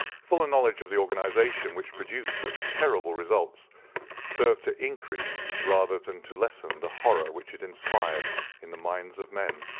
fuller knowledge of the organization which produced such terrible results served to increase rather than to lessen the horror which it inspired in the minds of men.